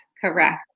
correct